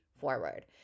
forward